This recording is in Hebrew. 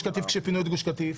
כשפינו את גוש קטיף,